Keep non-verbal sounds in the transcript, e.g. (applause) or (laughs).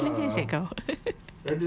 (laughs) selenger seh kau (laughs)